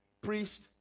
priest